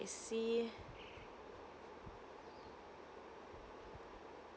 I see